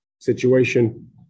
situation